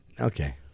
okay